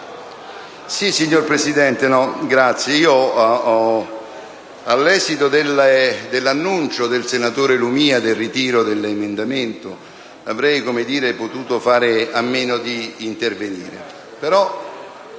Signor Presidente, all'esito dell'annuncio del senatore Lumia del ritiro dell'emendamento 1.200 avrei potuto fare a meno di intervenire,